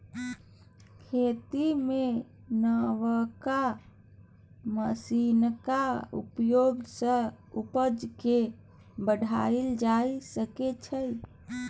खेती मे नबका मशीनक प्रयोग सँ उपजा केँ बढ़ाएल जा सकै छै